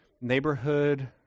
neighborhood